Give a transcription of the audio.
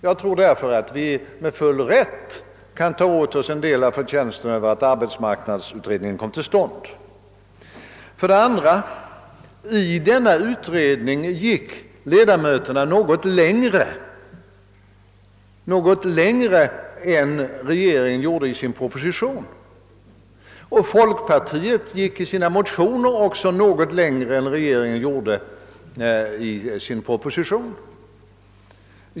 Jag tror därför att vi med full rätt kan ta åt oss en del av förtjänsten av att arbetsmarknadsutredningen kom till stånd. Utredningens ledamöter gick för övrigt något längre än regeringen gjorde i sin proposition, och folkpartiet gick i sina motioner också något längre än regeringen gjorde i propositionen.